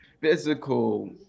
physical